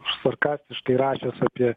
sarkastiškai rašęs apie